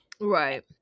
Right